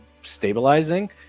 stabilizing